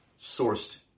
sourced